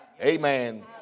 Amen